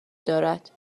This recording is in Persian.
دارد